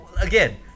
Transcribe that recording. again